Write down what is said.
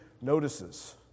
notices